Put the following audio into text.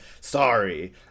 sorry